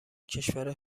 کشور